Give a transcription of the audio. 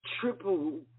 triple